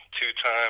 two-time